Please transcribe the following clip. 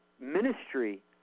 ministry